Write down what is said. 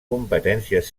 competències